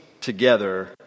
together